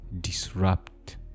disrupt